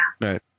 Right